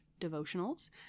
devotionals